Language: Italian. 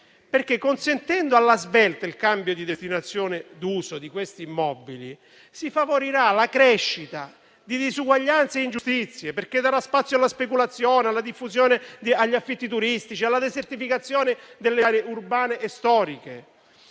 perché, consentendo alla svelta il cambio di destinazione d'uso di questi immobili, si favorirà la crescita di disuguaglianze e ingiustizie, perché darà spazio alla speculazione, agli affitti turistici e alla desertificazione delle aree urbane e storiche.